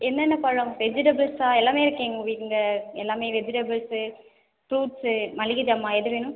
என்னென்ன பழம் வெஜிடபிள்ஸா எல்லாமே இருக்குது எங்கள் வீட் இங்கே எல்லாமே வெஜிடபிள்ஸு ஃப்ரூட்ஸு மளிகை ஜாமான் எது வேணும்